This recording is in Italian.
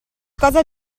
cosa